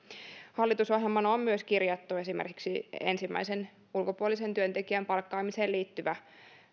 hallitusohjelmaan on myös kirjattu esimerkiksi ensimmäisen ulkopuolisen työntekijän palkkaamiseen liittyvä